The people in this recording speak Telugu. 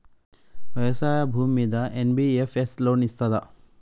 వ్యవసాయం భూమ్మీద ఎన్.బి.ఎఫ్.ఎస్ లోన్ ఇస్తదా?